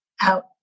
out